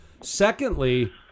Secondly